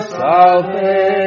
salvation